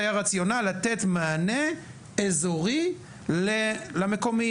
היה רציונל לתת מענה אזורי למקומיים,